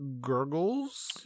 gurgles